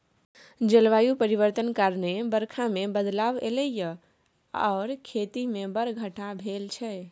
जलबायु परिवर्तन कारणेँ बरखा मे बदलाव एलय यै आर खेती मे बड़ घाटा भेल छै